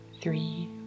three